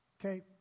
Okay